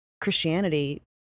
Christianity